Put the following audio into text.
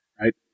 right